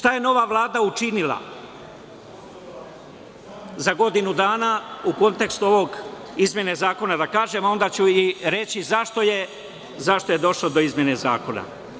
Šta je nova Vlada učinila za godinu dana u kontekstu ove izmene zakona, da kažem, pa onda ću reći zašto je došlo do izmene zakona.